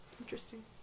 Interesting